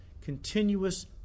continuous